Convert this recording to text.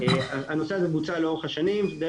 הנושא בוצע לאורך השנים,